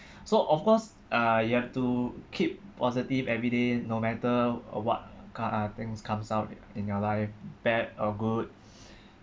so of course uh you have to keep positive every day no matter uh what kind uh things comes out in your life bad or good